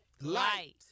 Light